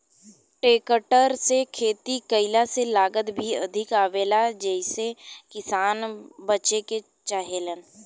tractor से खेती कईला से लागत भी अधिक आवेला जेइसे किसान बचे के चाहेलन